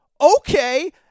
okay